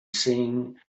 seen